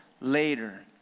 later